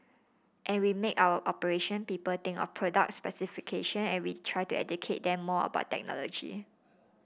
and we make our operation people think of product specification and we try to educate them more about technology